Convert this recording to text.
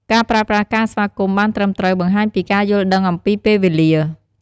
ការប្រើប្រាស់ការស្វាគមន៍ បានត្រឹមត្រូវ បង្ហាញពីការយល់ដឹងអំពីពេលវេលា។